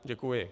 Děkuji.